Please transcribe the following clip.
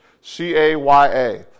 C-A-Y-A